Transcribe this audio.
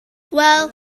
well